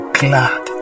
glad